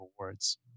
awards